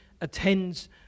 attends